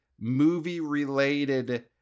movie-related